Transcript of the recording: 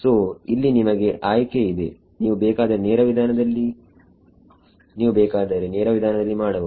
ಸೋಇಲ್ಲಿ ನಿಮಗೆ ಆಯ್ಕೆ ಇದೆ ನೀವು ಬೇಕಾದರೆ ನೇರವಾದ ವಿಧಾನದಲ್ಲಿ ಮಾಡಬಹುದು